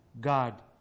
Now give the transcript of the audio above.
God